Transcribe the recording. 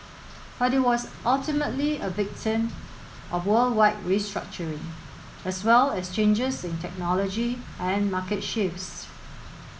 but it was ultimately a victim of worldwide restructuring as well as changes in technology and market shifts